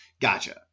Gotcha